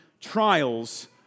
trials